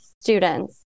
students